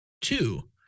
Two